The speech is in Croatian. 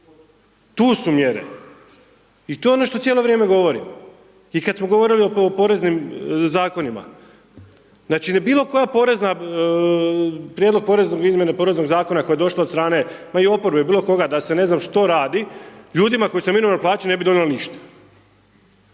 tu su mjere. I to je ono što cijelo vrijeme govorimo i kad smo govorili o poreznim zakonima, znači bilo koja porezna prijedlog poreznog izmjene poreznog zakona koja je došla od strane ma i oporbe, bilo koga da se ne znam što radi, ljudima kojima su minimalnoj plaći ne bi donijelo ništa.